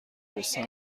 قصه